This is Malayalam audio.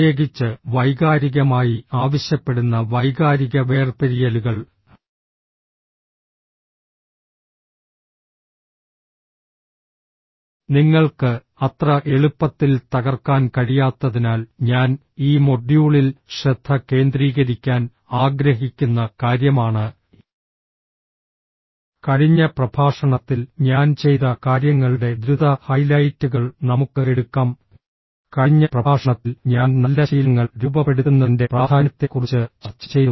പ്രത്യേകിച്ച് വൈകാരികമായി ആവശ്യപ്പെടുന്ന വൈകാരിക വേർപിരിയലുകൾ നിങ്ങൾക്ക് അത്ര എളുപ്പത്തിൽ തകർക്കാൻ കഴിയാത്തതിനാൽ ഞാൻ ഈ മൊഡ്യൂളിൽ ശ്രദ്ധ കേന്ദ്രീകരിക്കാൻ ആഗ്രഹിക്കുന്ന കാര്യമാണ് കഴിഞ്ഞ പ്രഭാഷണത്തിൽ ഞാൻ ചെയ്ത കാര്യങ്ങളുടെ ദ്രുത ഹൈലൈറ്റുകൾ നമുക്ക് എടുക്കാം കഴിഞ്ഞ പ്രഭാഷണത്തിൽ ഞാൻ നല്ല ശീലങ്ങൾ രൂപപ്പെടുത്തുന്നതിൻറെ പ്രാധാന്യത്തെക്കുറിച്ച് ചർച്ച ചെയ്തു